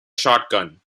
shotgun